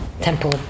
temple